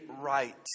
right